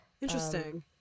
Interesting